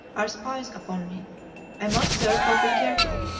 are spies upon me i must therefore be careful.